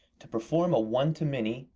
to perform a one-to-many,